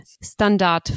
standard